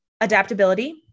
adaptability